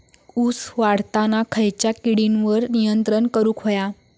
ऊस वाढताना खयच्या किडींवर नियंत्रण करुक व्हया?